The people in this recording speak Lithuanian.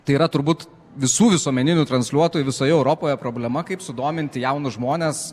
tai yra turbūt visų visuomeninių transliuotojų visoje europoje problema kaip sudominti jaunus žmones